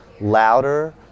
louder